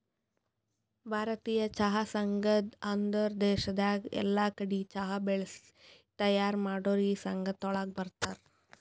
ಭಾರತೀಯ ಚಹಾ ಸಂಘ ಅಂದುರ್ ದೇಶದಾಗ್ ಎಲ್ಲಾ ಕಡಿ ಚಹಾ ಬೆಳಿಸಿ ತೈಯಾರ್ ಮಾಡೋರ್ ಈ ಸಂಘ ತೆಳಗ ಬರ್ತಾರ್